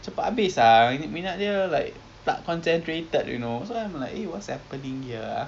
cepat habis ah minyaknya like tak concentrated you know so I'm like what's happening here ah